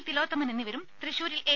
തിലോത്തമൻ എന്നിവരും ത്വശൂരിൽ എ